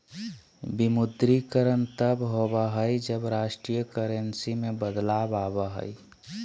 विमुद्रीकरण तब होबा हइ, जब राष्ट्रीय करेंसी में बदलाव आबा हइ